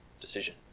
decision